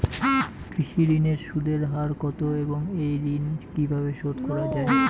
কৃষি ঋণের সুদের হার কত এবং এই ঋণ কীভাবে শোধ করা য়ায়?